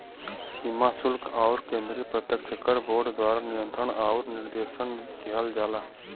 सीमा शुल्क आउर केंद्रीय प्रत्यक्ष कर बोर्ड द्वारा नियंत्रण आउर निर्देशन किहल जाला